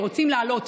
שרוצים לעלות,